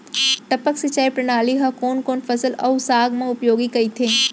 टपक सिंचाई प्रणाली ह कोन कोन फसल अऊ साग म उपयोगी कहिथे?